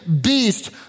beast